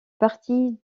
partie